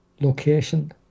Location